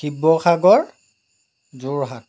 Sivasagar Jorhat